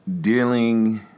dealing